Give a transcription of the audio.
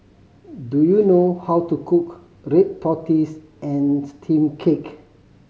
do you know how to cook red tortoise and steamed cake